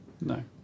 No